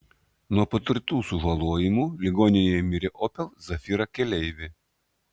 nuo patirtų sužalojimų ligoninėje mirė opel zafira keleivė